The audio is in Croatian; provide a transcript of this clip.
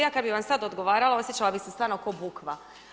Ja kada bi vam sada odgovarala osjećala bi se stvarno ko bukva.